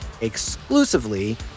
exclusively